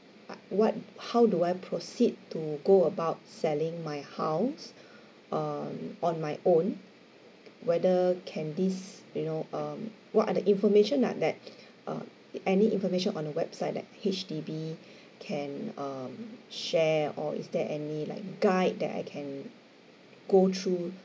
uh what how do I proceed to go about selling my house um on my own whether can this you know um what are the information lah that uh it any information on the website that H_D_B can um share or is there any like guide that I can go through